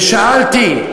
ושאלתי: